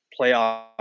playoff